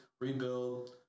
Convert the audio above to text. rebuild